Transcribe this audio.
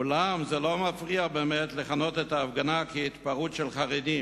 אולם זה לא מפריע לכנות את ההפגנה כהתפרעות של חרדים,